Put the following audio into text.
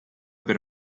per